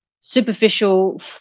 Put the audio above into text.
superficial